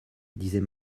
disait